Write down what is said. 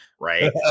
Right